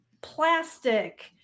plastic